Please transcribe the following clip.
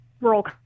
rural